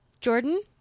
jordan